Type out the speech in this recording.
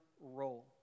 role